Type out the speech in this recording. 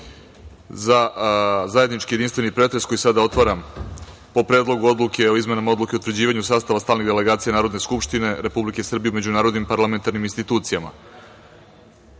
za zajednički jedinstveni pretres koji sada otvaram o Predlogu odluke o izmenama Odluke o utvrđivanju sastava stalnih delegacija Narodne skupštine Republike Srbije u međunarodnim parlamentarnim institucijama,